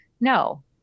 No